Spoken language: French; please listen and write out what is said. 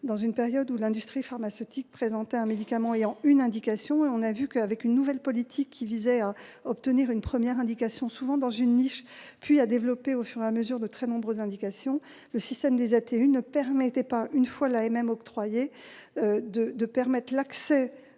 à une période où l'industrie pharmaceutique présentait un médicament ayant une indication. On a vu qu'avec une nouvelle politique visant à obtenir une première indication, souvent dans une niche, puis à développer progressivement de très nombreuses indications, le système des ATU ne permettait pas, une fois l'AMM octroyée, d'avoir accès